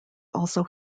also